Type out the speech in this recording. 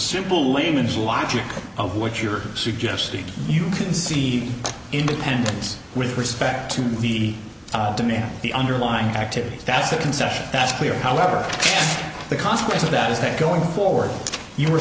simple layman's logic of what you're suggesting you can see independence with respect to the demand the underlying activity that's a concession that's clear however the consequence of that is that going forward you